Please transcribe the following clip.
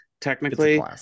technically